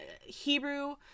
Hebrew